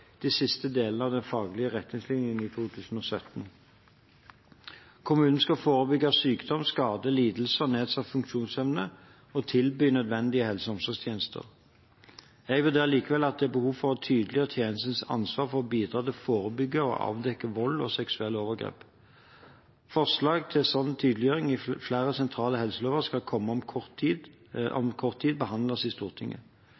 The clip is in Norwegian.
de siste delene av de faglige retningslinjene i 2017. Kommunen skal forebygge sykdom, skade, lidelse og nedsatt funksjonsevne og tilby nødvendige helse- og omsorgstjenester. Jeg vurderer likevel at det er behov for å tydeliggjøre tjenestenes ansvar for å bidra til å forebygge og avdekke vold og seksuelle overgrep. Forslag til en slik tydeliggjøring i flere sentrale helselover skal om kort tid